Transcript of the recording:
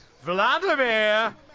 Vladimir